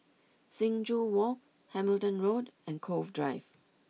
Sing Joo Walk Hamilton Road and Cove Drive